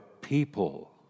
people